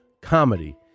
comedy